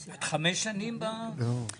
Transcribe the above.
אני חמש שנים בתפקיד, אגב,